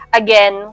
again